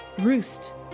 roost